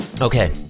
Okay